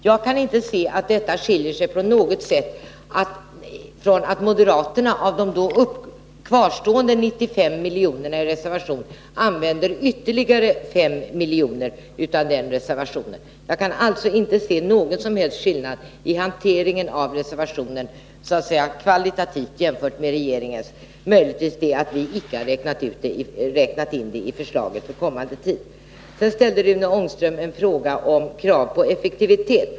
Jag kan inte se att detta på något sätt skiljer sig från att moderaterna använder ytterligare 50 miljoner av de i reservaionen kvarstående 95 miljonerna. Jag kan inte se någon som helst skillnad mellan regeringens och moderaterna hantering av de reserverade medlen — möjligtvis då att vi inte räknat in dessa pengar i vårt förslag för framtiden. Rune Ångström ställde en fråga om krav på effektivitet.